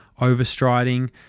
overstriding